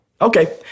Okay